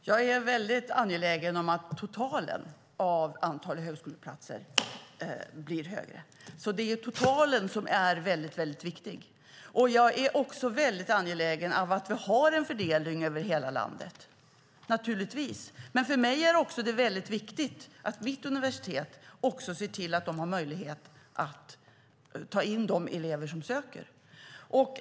Herr talman! Jag är väldigt angelägen om att totalen av antalet högskoleplatser blir högre. Det är totalen som är viktig. Jag är naturligtvis också angelägen om att vi har en fördelning över hela landet. Men för mig är det också viktigt att universitetet har möjlighet att ta in de elever som söker.